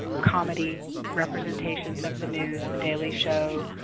comedy representations of the news. the daily show,